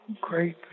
great